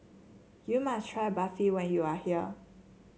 you must try Barfi when you are here